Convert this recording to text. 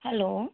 hello